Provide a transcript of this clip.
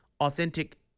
authentic